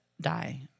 die